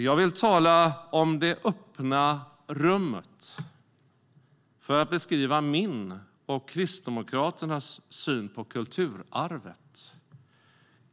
Jag vill tala om "det öppna rummet" för att beskriva min och Kristdemokraternas syn på kulturarvet.